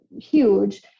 huge